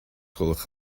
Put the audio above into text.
gwelwch